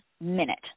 minute